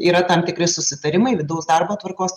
yra tam tikri susitarimai vidaus darbo tvarkos